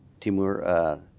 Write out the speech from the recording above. Timur